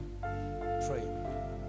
pray